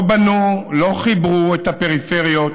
לא בנו, לא חיברו את הפריפריות,